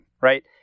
right